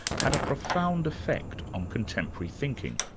had a profound effect on contemporary thinking.